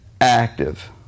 active